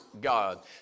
God